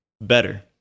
better